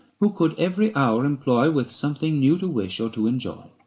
who could every hour employ with something new to wish or to enjoy!